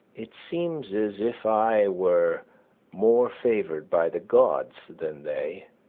it seems as if i were more favored by the gods than they,